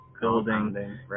building